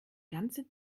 ganze